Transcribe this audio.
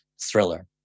thriller